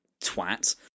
twat